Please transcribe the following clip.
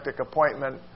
appointment